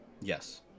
Yes